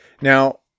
Now